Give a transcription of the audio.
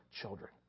children